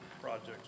Project's